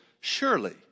Surely